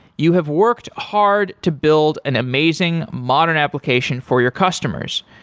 you have worked hard to build an amazing modern application for your customers.